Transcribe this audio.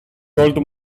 old